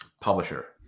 publisher